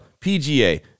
PGA